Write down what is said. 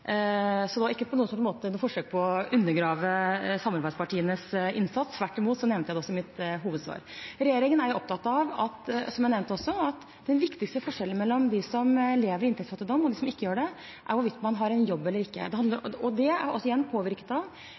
Så det er på ingen måte et forsøk på å undergrave samarbeidspartienes innsats. Tvert imot, jeg nevnte det i mitt hovedsvar. Regjeringen er opptatt av, som jeg også nevnte, at den viktigste forskjellen mellom dem som lever i inntektsfattigdom, og dem som ikke gjør det, er hvorvidt man har en jobb eller ikke. Det er igjen påvirket av hvorvidt man har kompetanse og utdanning eller ikke, og hvilken helsesituasjon man er